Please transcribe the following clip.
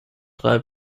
drei